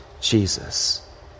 Jesus